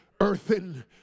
Earthen